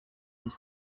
his